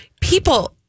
People